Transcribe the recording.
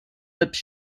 lips